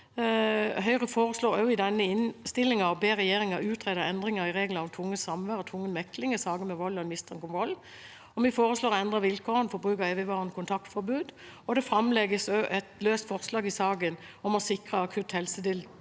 Høyre foreslår i denne innstillingen også å be regjeringen utrede endringer i reglene om tvungent samvær og tvungen mekling i saker med vold og mistanke om vold, og vi foreslår å endre vilkårene for bruk av evigvarende kontaktforbud. Det framlegges også et løst forslag i saken om å sikre akutt helsetilbud